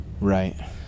Right